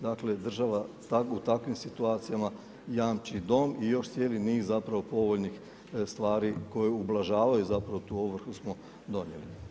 Dakle, država u takvim situacijama jamči dom i još cijeli niz zapravo povoljnih stvari koje ublažavaju, zapravo tu ovrhu smo donijeli.